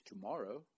tomorrow